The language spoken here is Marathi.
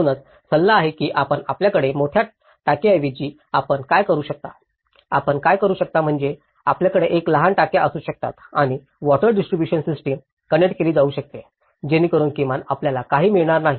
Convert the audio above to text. म्हणूनच सल्ला असा आहे की आपल्याकडे मोठ्या टाकीऐवजी आपण काय करू शकता आपण काय करू शकता म्हणजे आपल्याकडे एक लहान टाक्या असू शकतात आणि वॉटर डिस्ट्रिब्युशन सिस्टिम कनेक्ट केली जाऊ शकते जेणेकरून किमान आपल्याला काही मिळणार नाही